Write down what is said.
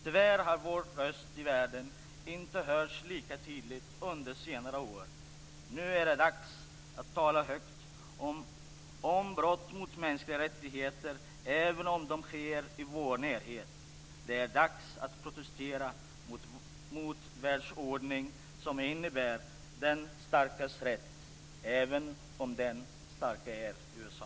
Tyvärr har vår röst i världen inte hörts lika tydligt under senare år. Nu är det dags att tala högt om brott mot mänskliga rättigheter - även om de sker i vår närhet. Det är dags att protestera mot en världsordning som innebär den starkes rätt - även om den starke är USA.